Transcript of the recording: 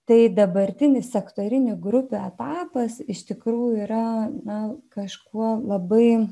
tai dabartinis sektorinių grupių etapas iš tikrųjų yra na kažkuo labai